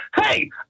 Hey